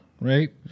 right